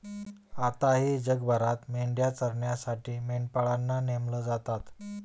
आताही जगभरात मेंढ्या चरण्यासाठी मेंढपाळांना नेमले जातात